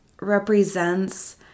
represents